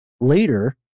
later